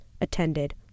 attended